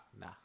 Nah